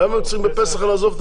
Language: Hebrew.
למה הם צריכים לעזוב בפסח את הדירה?